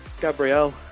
Gabrielle